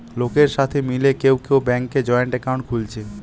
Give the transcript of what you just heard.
লোকের সাথে মিলে কেউ কেউ ব্যাংকে জয়েন্ট একাউন্ট খুলছে